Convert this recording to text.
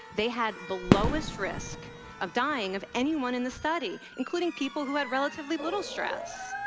they had the lowest risk of dying of anyone in the study, including people who had relatively little stress.